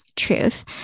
truth